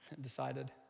decided